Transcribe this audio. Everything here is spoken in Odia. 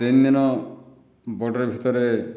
ତିନିଦିନ ବର୍ଡ଼ର ଭିତରେ